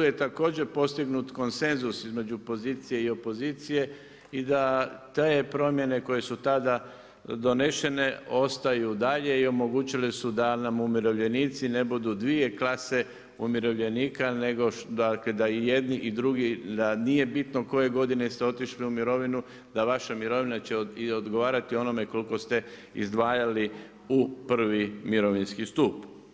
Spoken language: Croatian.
je također postignut konsenzus između pozicije i opozicije i da te promjene koje su tada donešene ostaju dalje i omogućile su da nam umirovljenici ne budu dvije klase umirovljenika nego da i jedni i drugi, da nije bitno koje godine ste otišli u mirovinu da će vaša mirovina odgovarati onome koliko ste izdvajali u prvi mirovinski stup.